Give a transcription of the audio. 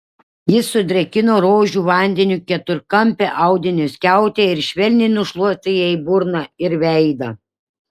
jis sudrėkino rožių vandeniu keturkampę audinio skiautę ir švelniai nušluostė jai burną ir veidą